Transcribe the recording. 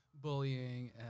bullying